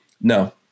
No